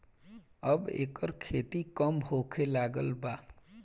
अब एकर खेती कम होखे लागल बा